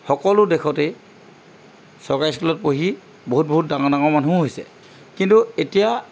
সকলো দেশতেই চৰকাৰী স্কুলত পঢ়ি বহুত বহুত ডাঙৰ ডাঙৰ মানুহো হৈছে কিন্তু এতিয়া